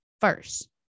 first